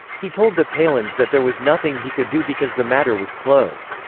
he told the palins that there was nothing he could do because the matter was closed.